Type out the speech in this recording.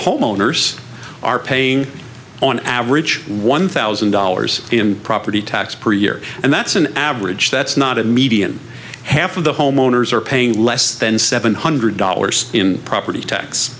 homeowners are paying on average one thousand dollars in property tax per year and that's an average that's not a median half of the homeowners are paying less than seven hundred dollars in property tax